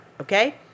okay